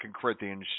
Corinthians